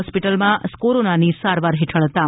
હોસ્પટીલમાં ક્રોરોનાની સારવાર હેઠળ હતાં